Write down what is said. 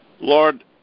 Lord